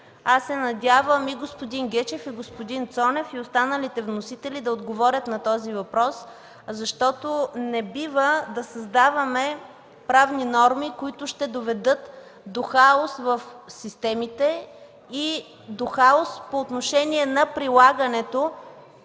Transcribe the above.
Аз се надявам и господин Гечев, и господин Цонев, а и останалите вносители да отговорят на този въпрос. Не бива да създаваме правни норми, които ще доведат до хаос в системите, до хаос по прилагането